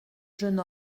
jeune